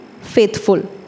faithful